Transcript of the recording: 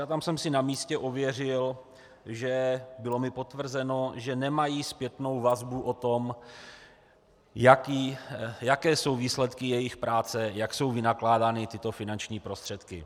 A tam jsem si na místě ověřil a bylo mi potvrzeno, že nemají zpětnou vazbu o tom, jaké jsou výsledky jejich práce, jak jsou vynakládány tyto finanční prostředky.